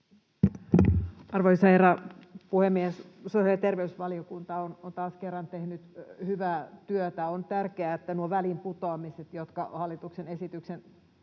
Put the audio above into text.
Arvoisa herra puhemies! Sosiaali- ja terveysvaliokunta on taas kerran tehnyt hyvää työtä. On tärkeää, että noita väliinputoamisia, jotka hallituksen esityksen